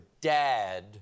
dad